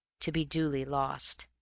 to be duly lost.